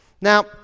Now